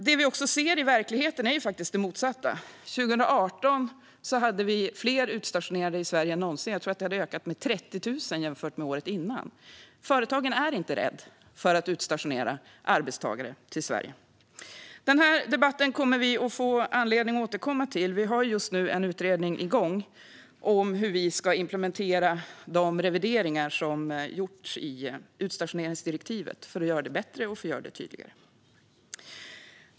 Det vi ser i verkligheten är faktiskt också det motsatta. År 2018 hade vi fler utstationerade i Sverige än någonsin - jag tror att det hade ökat med 30 000 jämfört med året innan. Företagen är inte rädda att utstationera arbetstagare till Sverige. Denna debatt kommer vi att få anledning att återkomma till. Vi har just nu en utredning i gång om hur vi ska implementera de revideringar som gjorts i utstationeringsdirektivet för att göra det bättre och tydligare.